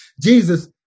Jesus